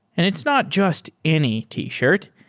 and it's not just any t-shirt,